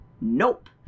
Nope